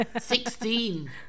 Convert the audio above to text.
Sixteen